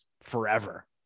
forever